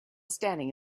standing